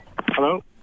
Hello